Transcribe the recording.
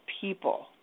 people